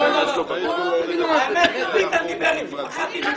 לא, זה רבקה